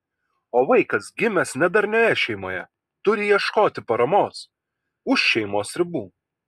o vaikas gimęs nedarnioje šeimoje turi ieškoti paramos už šeimos ribų